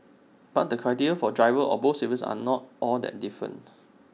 but the criteria for drivers of both services are not all that different